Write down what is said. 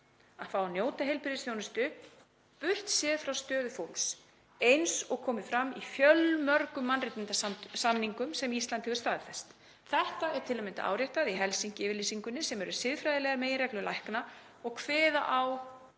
að fá að njóta heilbrigðisþjónustu, burt séð frá stöðu fólks, eins og komi fram í fjölmörgum mannréttindasamningum sem Ísland hefur staðfest. Þetta er til að mynda áréttað í Helsinki-yfirlýsingunni sem eru siðfræðilegar meginreglur lækna og kveða á